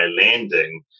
landing